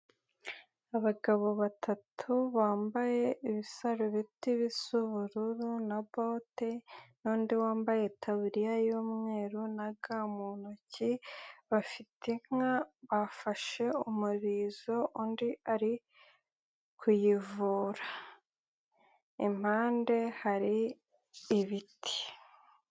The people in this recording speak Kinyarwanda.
Abagabo batatu bambaye ibisarubeti bisa ubururu na bote n'undi wambaye itaburiya y'umweru na ga mu ntoki, bafite inka bafashe umurizo undi ari kuyivura. Impande hari ibiti.